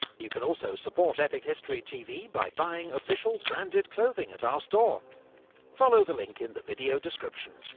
you can also support epic history tv by buying official branded clothing at our store follow the link in the video description.